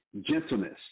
gentleness